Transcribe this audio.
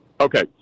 Okay